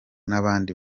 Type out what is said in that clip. n’abandi